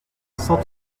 cent